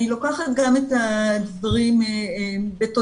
אני לוקחת גם את הדברים בתודה,